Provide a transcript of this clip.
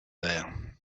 there